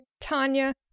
Tanya